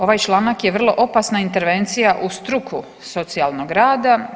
Ovaj članak je vrlo opasna intervencija u struku socijalnog rada.